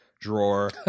Drawer